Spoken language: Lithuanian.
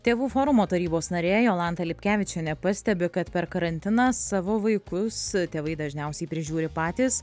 tėvų forumo tarybos narė jolanta lipkevičienė pastebi kad per karantiną savo vaikus tėvai dažniausiai prižiūri patys